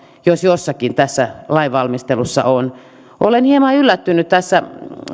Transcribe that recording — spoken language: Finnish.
jos jossakin tässä lainvalmistelussa on ihmisoikeusloukkaus olen hieman yllättynyt tässä